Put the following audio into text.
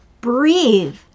breathe